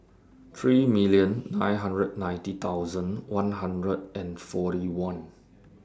three million nine hundred ninety thousand one hundred and forty one